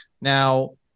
Now